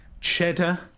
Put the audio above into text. Cheddar